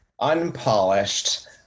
unpolished